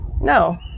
no